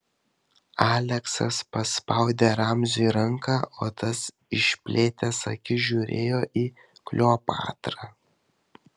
aleksas paspaudė ramziui ranką o tas išplėtęs akis žiūrėjo į kleopatrą